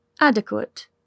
Adequate